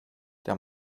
der